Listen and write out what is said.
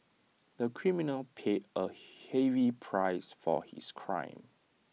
the criminal paid A heavy price for his crime